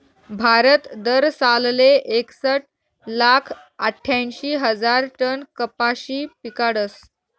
भारत दरसालले एकसट लाख आठ्यांशी हजार टन कपाशी पिकाडस